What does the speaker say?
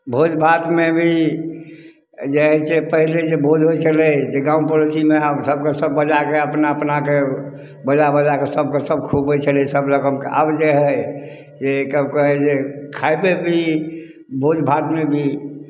भोजभातमे भी जे हइ से पहिले जे भोज होइ छलै से गाँव पड़ोसीमे आब सबके सब बजाके अपना अपनाके बजा बजा कऽ सबके सब खुअबै छलै सबके सब लोगनके आब जे हइ से सब कहै जे खेतै कि भोजभातमे भी